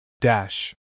dash